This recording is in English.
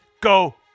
go